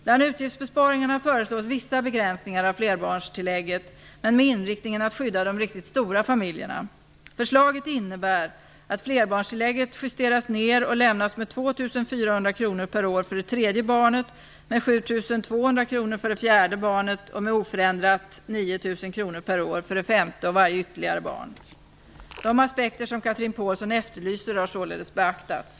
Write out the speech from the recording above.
Bland utgiftsbesparingarna föreslås vissa begränsningar av flerbarnstillägget men med inriktningen att skydda de riktigt stora familjerna. Förslaget innebär att flerbarnstillägget justeras ned och lämnas med 2 400 kr per år för det tredje barnet, med 7 200 De aspekter som Chatrine Pålsson efterlyser har således beaktats.